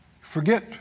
Forget